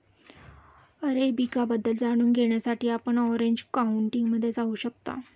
arabica बद्दल जाणून घेण्यासाठी आपण ऑरेंज काउंटीमध्ये जाऊ शकता